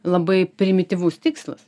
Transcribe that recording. labai primityvus tikslas